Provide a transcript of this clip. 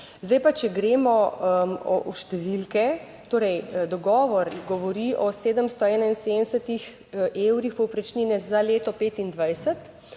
Zdaj pa, če gremo v številke, torej, dogovor govori o 771 evrih povprečnine za leto 2025,